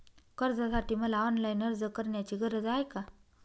कर्जासाठी मला ऑनलाईन अर्ज करण्याची गरज आहे का?